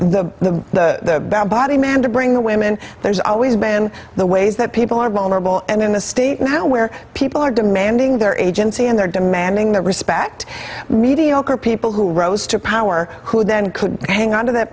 been the body man to bring the women there's always been the ways that people are vulnerable and in the state now where people are demanding their agency and they're demanding their respect mediocre people who rose to power who then could hang on to that